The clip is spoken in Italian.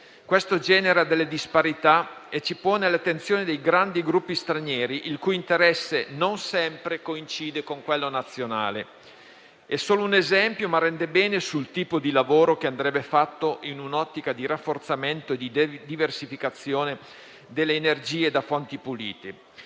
Ciò genera delle disparità e ci pone all'attenzione dei grandi gruppi stranieri, il cui interesse non sempre coincide con quello nazionale. È solo un esempio, ma rende bene l'idea sul tipo di lavoro che andrebbe fatto in un'ottica di rafforzamento e di diversificazione delle energie da fonti pulite.